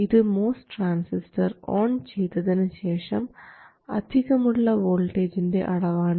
ഇത് MOS transistor on ചെയ്തതിന് ശേഷം അധികമുള്ള വോൾട്ടേജിൻറെ അളവാണ്